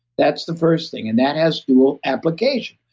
that's the first thing and that has dual application.